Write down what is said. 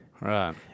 Right